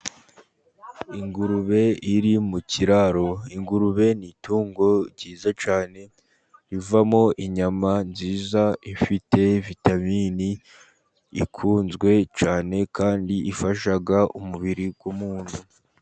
Ingurube iri mu kiraro, ingurube ni itungo ryiza cyane rivamo inyama nziza ifite vitaminini ikunzwe cyane kandi ifasha umubiri w'umuntu.